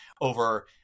over